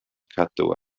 cadw